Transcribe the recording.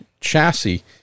chassis